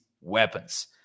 weapons